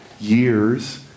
years